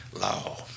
law